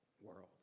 world